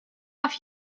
off